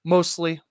Mostly